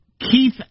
Keith